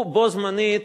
הוא בו-זמנית